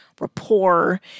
rapport